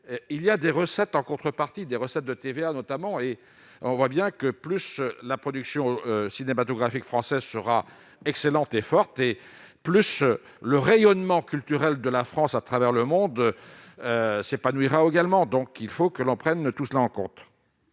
il y a des recettes en contrepartie des recettes de TVA notamment, et on voit bien que plus la production cinématographique française sera excellente est forte et plus le rayonnement culturel de la France à travers le monde s'épanouira également, donc il faut que l'on prenne tout cela en compte.